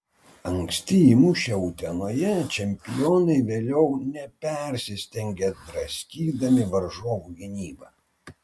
anksti įmušę utenoje čempionai vėliau nepersistengė draskydami varžovų gynybą